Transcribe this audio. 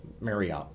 Marriott